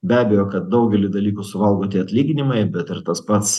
be abejo kad daugelį dalykų suvalgo tie atlyginimai bet ir tas pats